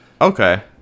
Okay